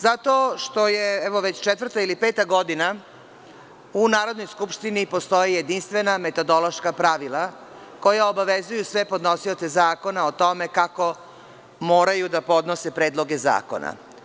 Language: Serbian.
Zato što je evo već četvrta ili peta godina u Narodnoj skupštini postoje jedinstvena metodološka pravila koja obavezuju sve podnosioce zakona o tome kako moraju da podnose predloge zakona.